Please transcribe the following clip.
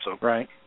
Right